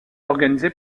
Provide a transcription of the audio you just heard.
organisé